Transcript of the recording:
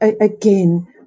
again